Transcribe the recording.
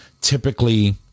typically